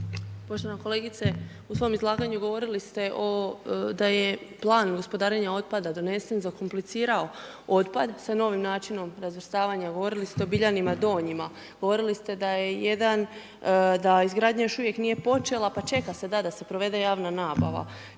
Poštovana kolegice, u svom izlaganju govorili ste da je plan gospodarenja otpada donesen, zakomplicirao otpad sa novim načinom razvrstavanja, govorili ste o Biljanima Donjima. Govorili ste da je jedan, da izgradnja još uvijek nije počela, pa čeka se, da da se provede javna nabava,